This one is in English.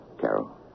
Carol